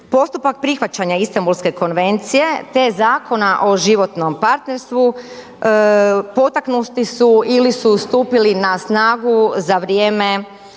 Postupak prihvaćanja Istambulske konvencije, te Zakona o životnom partnerstvu potaknuti su ili su stupili na snagu za vrijeme